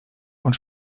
und